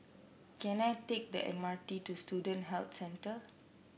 can I take the M R T to Student Health Centre